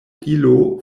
ilo